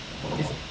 this